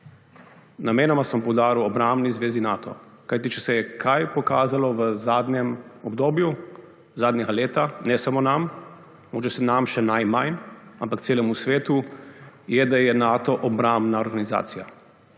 Namenoma sem poudaril obrambni zvezi Nato, kajti če se je kaj pokazalo v zadnjem obdobju zadnjega leta ne samo nam, mogoče se nam še najmanj, ampak celemu svetu, je, da je Nato obrambna organizacija.